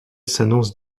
s’annonce